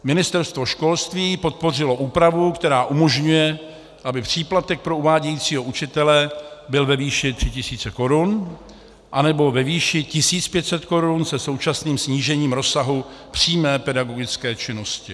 Ministerstvo školství podpořilo úpravu, která umožňuje, aby příplatek pro uvádějícího učitele byl ve výši 3 000 korun, anebo ve výši 1 500 korun se současným snížením rozsahu přímé pedagogické činností.